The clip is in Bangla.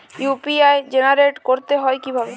ইউ.পি.আই জেনারেট করতে হয় কিভাবে?